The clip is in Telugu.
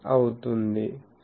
అవుతుంది